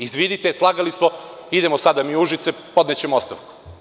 Izvinite slagali smo, idemo sada u Užice, podnećemo ostavu.